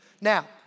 Now